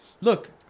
look